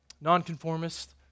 nonconformist